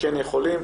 כן יכולים.